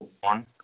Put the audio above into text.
one